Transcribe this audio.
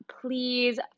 Please